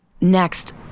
Next